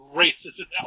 racist